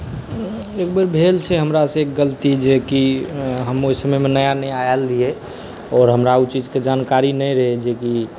एक बेर भेल छै हमरासँ गलती जे कि हम ओहि समयमे नया नया आएल रहिए आओर हमरा ओहि चीजके जानकारी नहि रहै जेकि